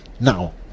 now